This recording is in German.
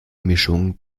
mischung